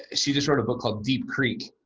ah she just wrote a book called deep creek